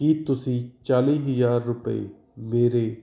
ਕੀ ਤੁਸੀਂਂ ਚਾਲੀ ਹਜ਼ਾਰ ਰੁਪਏ ਮੇਰੇ